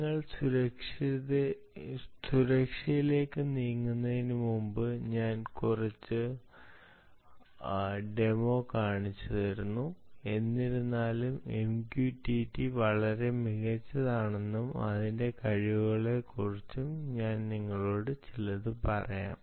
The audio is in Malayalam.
ഞങ്ങൾ സുരക്ഷയിലേക്ക് നീങ്ങുന്നതിനുമുമ്പ് ഞാൻ കുറച്ച് ഡെമോ കാണിച്ചുതരുന്നു എന്നിരുന്നാലും MQTT എങ്ങനെ മികച്ചതാണെന്നും അതിന്റെ കഴിവുകളെക്കുറിച്ചും ഞാൻ നിങ്ങളോട് ചിലത് പറയാം